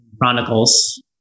Chronicles